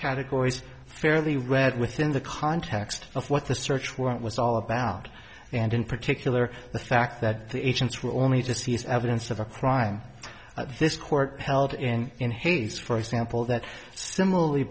categories fairly read within the context of what the search warrant was all about and in particular the fact that the agents were only to see as evidence of a crime this court held in in haste for example that similarly